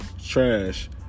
Trash